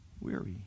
weary